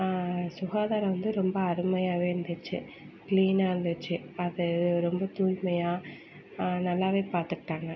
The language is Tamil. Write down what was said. சுகாதாரம் வந்து ரொம்ப அருமையாகவே இருந்துச்சு க்ளீனாக இருந்துச்சு அது ரொம்ப தூய்மையாக நல்லாவே பார்த்துக்கிட்டாங்க